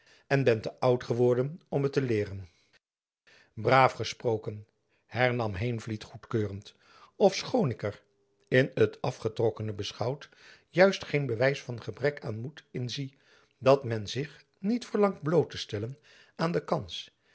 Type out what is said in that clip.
en ben te oud geworden om het te leeren braaf gesproken hernam heenvliet goedkeurend ofschoon ik er in t afgetrokkene beschouwd juist geen bewijs van gebrek aan moed in zie dat men zich niet verlangt bloot te stellen aan de kans